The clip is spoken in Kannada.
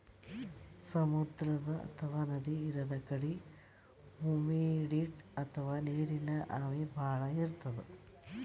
ಸಮುದ್ರ ಅಥವಾ ನದಿ ಇರದ್ ಕಡಿ ಹುಮಿಡಿಟಿ ಅಥವಾ ನೀರಿನ್ ಆವಿ ಭಾಳ್ ಇರ್ತದ್